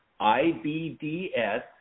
IBDS